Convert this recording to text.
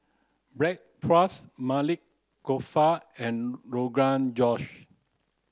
Bratwurst Maili Kofta and Rogan Josh